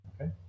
Okay